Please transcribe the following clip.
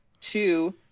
Two